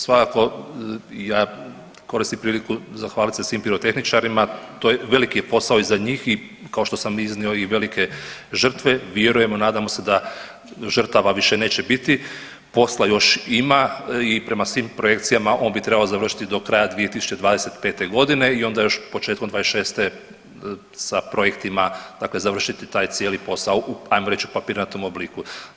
Svakako ja koristim priliku zahvalit se svim pirotehničarima, veliki je posao iza njih i kao što sam iznio i velike žrtve, vjerujemo i nadamo se da žrtava više neće biti, posla još ima i prema svim projekcijama on bi trebao završiti do kraja 2025.g. i onda još početkom '26. sa projektima dakle završiti taj cijeli posao ajmo reć u papirnatom obliku.